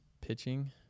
pitching